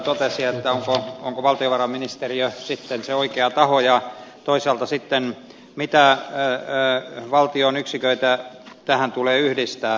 laukkanen täällä totesi onko valtiovarainministeriö sitten se oikea taho ja toisaalta sitten mitä valtion yksiköitä tähän tulee yhdistää